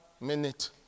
minute